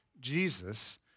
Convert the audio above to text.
Jesus